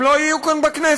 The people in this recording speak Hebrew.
הם לא יהיו כאן בכנסת.